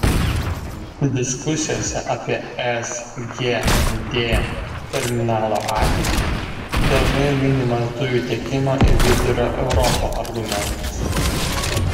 diskusijose apie sgd terminalo ateitį dažnai minimas dujų tiekimo į vidurio europą argumentas